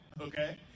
okay